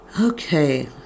Okay